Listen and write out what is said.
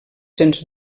sens